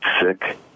sick